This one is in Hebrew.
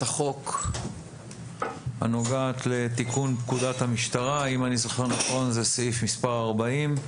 החוק לתיקון פקודת המשטרה (סעיף מס' 40),